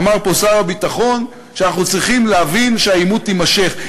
אמר פה שר הביטחון שאנחנו צריכים להבין שהעימות יימשך.